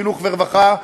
חינוך ורווחה,